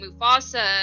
Mufasa